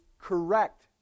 correct